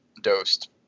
dosed